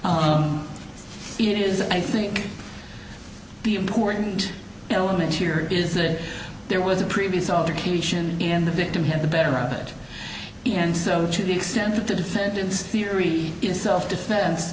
e it is i think the important element here is that there was a previous altercation in the victim had the better of it and so to the extent that the defendant's theory is self defen